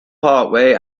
parkway